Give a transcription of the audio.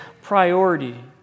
priority